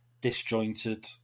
disjointed